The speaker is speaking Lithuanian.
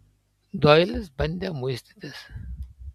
doilis bandė muistytis